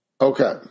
Okay